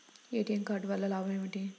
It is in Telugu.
ఏ.టీ.ఎం కార్డు వల్ల లాభం ఏమిటి?